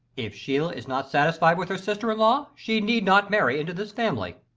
if sheila is not satisfied with her sister-in-law she need not marry into this family.